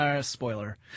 Spoiler